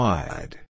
Wide